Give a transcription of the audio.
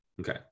okay